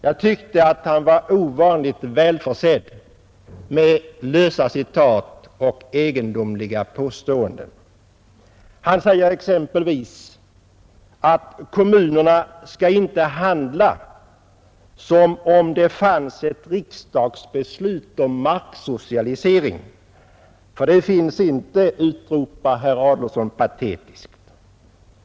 Jag tyckte att han var ovanligt välförsedd med lösa citat och egendomliga påståenden. Han säger exempelvis att kommunerna inte skall handla som om det fanns ett riksdagsbeslut om marksocialisering. Ty ett sådant beslut finns inte, utropar herr Adolfsson patetiskt.